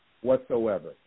whatsoever